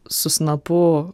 su snapu